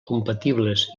compatibles